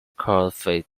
cardiff